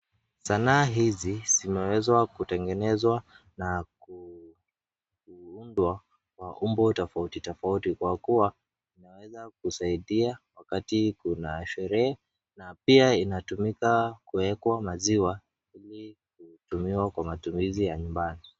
Sanaa hizi zimewezwa kutengenezwa na kuundwa kwa umbo tofauti tofauti kwa kua zinaweza kusaidia wakati kuna sherehe na pia inatumika kuwekwa maziwa ili kutumiwa kwa matumizi ya nyumbani.